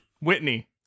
Whitney